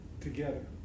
together